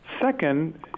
Second